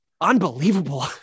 unbelievable